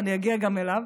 ואני אגיע גם אליו.